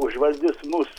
užvaldys mus